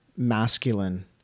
masculine